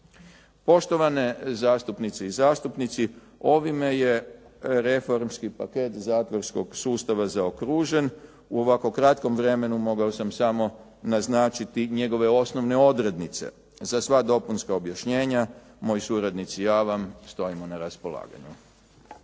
Poštovane zastupnice i zastupnici, ovime je reformski patent zatvorskog sustava zaokružen. U ovako kratkom vremenu mogao sam samo naznačiti njegove osnovne odrednice. Za sva dopunska objašnjenja, moji suradnici i ja vam stojimo na raspolaganju.